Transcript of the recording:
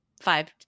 five